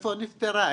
איפה נפטרה?